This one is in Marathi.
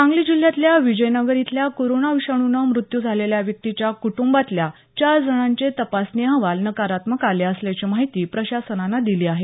सांगली जिल्ह्यातल्या विजयनगर इथल्या कोरोना विषाणुनं मृत्यू झालेल्या व्यक्तीच्या कुटुंबातल्या चार जणांचे तपासणी अहवाल नकारात्मक आले असल्याची माहिती प्रशासनानं दिली आहे